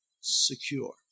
secure